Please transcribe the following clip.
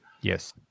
Yes